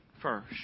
first